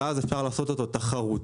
ואז אפשר לעשות אותו תחרותי,